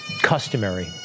customary